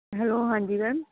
hello ਹਾਂਜੀ ma'am